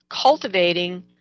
cultivating